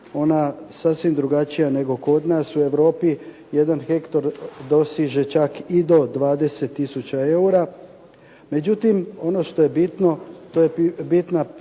ona sasvim drugačija nego kod nas u Europi. Jedan hektar dosiže čak i do 20000 eura. Međutim, ono što je bitno, to je bitna pitanje